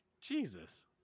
Jesus